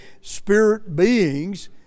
spirit-beings